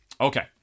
Okay